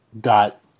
got